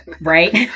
Right